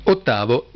Ottavo